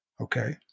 Okay